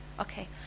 Okay